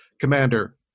Commander